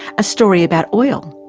a story about oil,